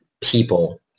people